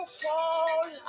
fall